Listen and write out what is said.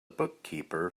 bookkeeper